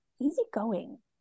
easygoing